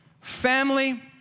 family